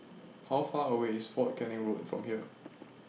How Far away IS Fort Canning Road from here